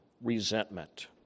resentment